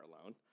alone